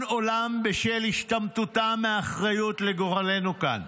עולם בשל השתמטותה מאחריות לגורלנו כאן.